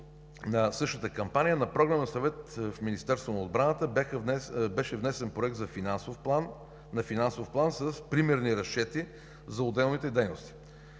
на същата кампания на Програмен съвет в Министерството на отбраната беше внесен Проект на финансов план с примерни разчети за отделните дейности.